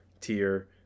tier